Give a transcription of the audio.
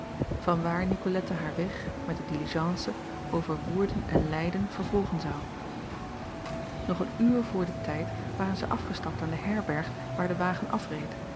vanwaar icolette haar weg met de diligence over oerden en eyden vervolgen zou og een uur voor den tijd waren zij afgestapt aan de herberg waar de wagen afreed